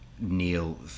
Neil